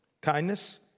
kindness